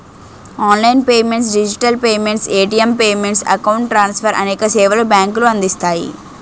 online payments digital payments, ATM payments, account transfer అనేక సేవలు బ్యాంకులు అందిస్తాయి